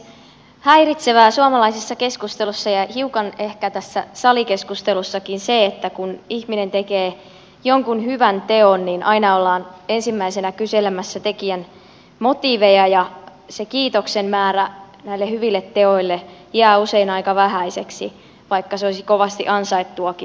häiritsevää suomalaisessa keskustelussa ja hiukan ehkä tässä salikeskustelussakin on se että kun ihminen tekee jonkun hyvän teon niin aina ollaan ensimmäisenä kyselemässä tekijän motiiveja ja se kiitoksen määrä näille hyville teoille jää usein aika vähäiseksi vaikka se olisi kovasti ansaittuakin